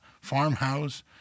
Farmhouse